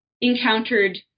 encountered